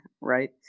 Right